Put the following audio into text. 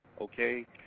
okay